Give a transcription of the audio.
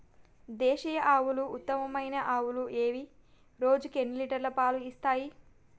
దేశీయ ఆవుల ఉత్తమమైన ఆవులు ఏవి? రోజుకు ఎన్ని లీటర్ల పాలు ఇస్తాయి?